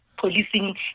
policing